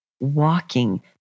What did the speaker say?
walking